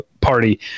party